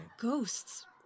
Ghosts